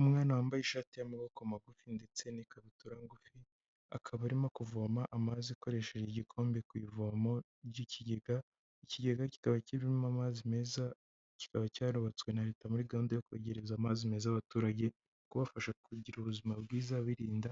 Umwana wambaye ishati y'amaboko magufi ndetse n'ikabutura ngufi. Akaba arimo kuvoma amazi akoresheje igikombe ku ivomo ry'ikigega, ikigega kikaba kirimo amazi meza, kikaba cyarubatswe na leta muri gahunda yo kwegereza amazi meza abaturage, kubafasha kugira ubuzima bwiza birinda